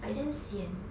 like damn sian